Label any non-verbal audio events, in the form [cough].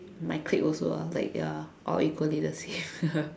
my clique also ah like ya all equally the same ya [laughs]